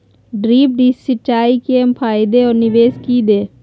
Drip सिंचाई के फायदे और निवेस कि हैय?